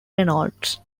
reynolds